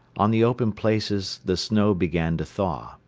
on the open places the snow began to thaw.